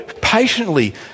patiently